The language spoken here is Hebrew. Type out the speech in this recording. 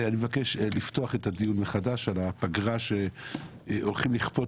אני מבקש לפתוח את הדיון מחדש על הפגרה שהולכים לכפות